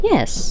Yes